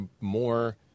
more